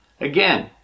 Again